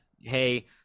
Hey